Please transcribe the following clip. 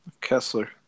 Kessler